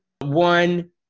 one